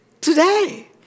today